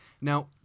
now